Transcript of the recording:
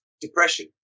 depression